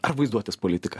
ar vaizduotės politiką